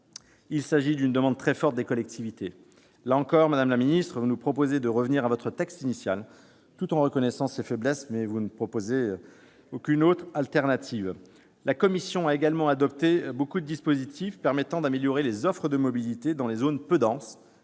le développement de ces nouveaux services. Là encore, madame la ministre, vous nous proposez de revenir à votre texte initial. Tout en reconnaissant ses faiblesses, vous ne proposez aucune alternative. La commission a également adopté de nombreux dispositifs permettant d'améliorer les offres de mobilité dans les zones peu denses,